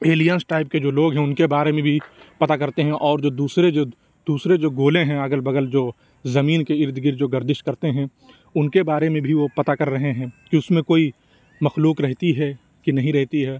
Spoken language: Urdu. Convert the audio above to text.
ایلینس ٹائپ کے جو لوگ ہے اُن کے بارے میں بھی پتا کرتے ہیں اور جو دوسرے جو دوسرے جو گولے ہیں اگل بگل جو زمین کے اِرد گرد جو گردش کرتے ہیں اُن کے بارے میں بھی وہ پتا کر رہے ہیں کہ اُس میں کوئی مخلوق رہتی ہے کہ نہیں رہتی ہے